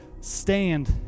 stand